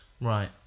Right